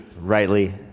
rightly